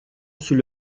sous